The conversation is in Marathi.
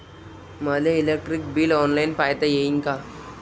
मले इलेक्ट्रिक बिल ऑनलाईन पायता येईन का?